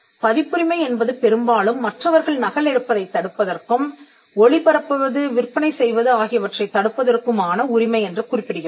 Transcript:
பதிப்புரிமை என்பது பெரும்பாலும் மற்றவர்கள் நகல் எடுப்பதைத் தடுப்பதற்கும் ஒளிபரப்புவது விற்பனை செய்வது ஆகியவற்றைத் தடுப்பதற்குமான உரிமை என்று குறிப்பிடுகிறோம்